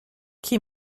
qui